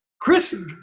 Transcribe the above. Chris